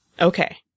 Okay